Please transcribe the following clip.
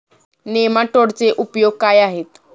नेमाटोडचे उपयोग काय आहेत?